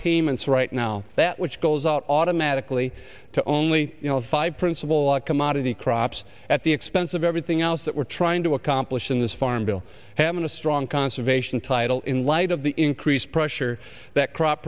payments right now that which goes out automatically to only five principal a commodity crops at the expense of everything else that we're trying to accomplish in this farm bill having a strong conservation title in light of the increased pressure that crop